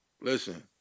Listen